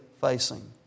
facing